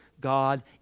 God